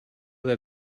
that